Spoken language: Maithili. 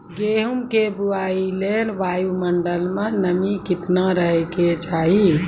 गेहूँ के बुआई लेल वायु मंडल मे नमी केतना रहे के चाहि?